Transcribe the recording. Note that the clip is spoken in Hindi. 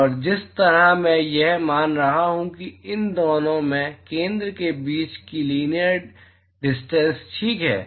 और जिस तरह से मैं यह मान रहा हूं कि इन दोनों के केंद्र के बीच की लीनीअर डिस्टेन्स ठीक है